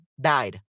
died